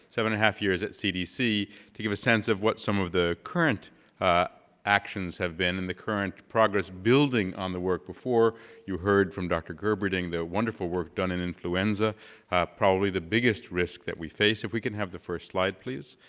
seven and half years at cdc to give a sense of what some of the current actions have been and the current progress building on the work before you heard from dr. gerberding the wonderful work done in influenza are probably the biggest risk that we face, if we can have the first slide please?